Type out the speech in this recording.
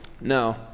No